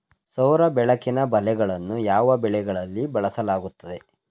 ಸೌರ ಬೆಳಕಿನ ಬಲೆಗಳನ್ನು ಯಾವ ಬೆಳೆಗಳಲ್ಲಿ ಬಳಸಲಾಗುತ್ತದೆ?